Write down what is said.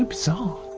um so